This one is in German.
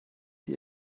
die